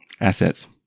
assets